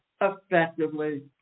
effectively